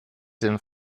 dem